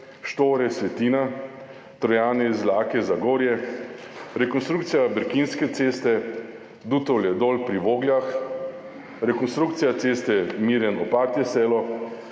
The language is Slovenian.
Štore–Svetina, Trojane–Izlake–Zagorje, rekonstrukcija brkinske ceste, Dutovlje–Dol pri Vogljah, rekonstrukcija ceste Miren–Opatje selo,